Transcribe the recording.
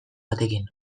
batekin